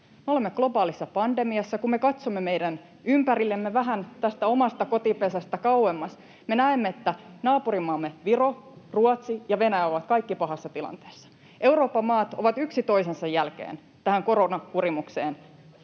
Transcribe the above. Me olemme globaalissa pandemiassa. Kun me katsomme meidän ympärillemme vähän tästä omasta kotipesästämme kauemmas, me näemme, että naapurimaamme Viro, Ruotsi ja Venäjä ovat kaikki pahassa tilanteessa. Euroopan maat ovat yksi toisensa jälkeen tähän koronakurimukseen